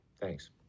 Thanks